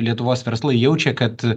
lietuvos verslai jaučia kad